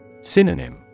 Synonym